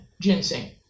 ginseng